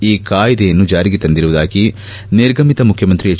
ಈ ಕಾಯ್ದೆಯನ್ನು ಜಾರಿಗೆ ತಂದಿರುವುದಾಗಿ ನಿರ್ಗಮಿತ ಮುಖ್ಯಮಂತ್ರಿ ಎಚ್